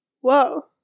Whoa